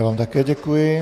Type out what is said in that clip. Já vám také děkuji.